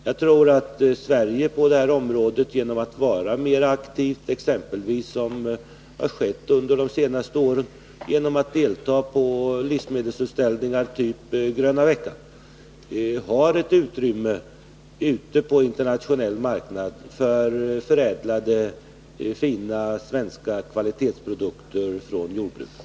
Jag tror att vi i Sverige på det här området genom att vara mer aktiva — exempelvis så som skett under de senaste åren genom att delta i livsmedelsutställningar av typ Gröna veckan — kan finna utrymme på den internationella marknaden för förädlade svenska kvalitetsprodukter från jordbruket.